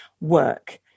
work